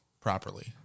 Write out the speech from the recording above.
properly